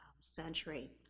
century